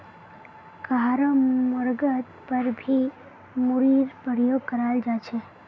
कहारो मर्गत पर भी मूरीर प्रयोग कराल जा छे